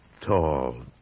tall